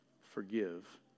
forgive